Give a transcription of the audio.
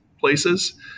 places